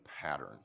pattern